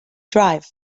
drive